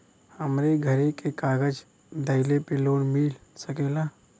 हमरे घरे के कागज दहिले पे लोन मिल सकेला?